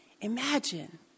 imagine